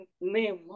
name